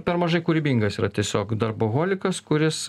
per mažai kūrybingas yra tiesiog darboholikas kuris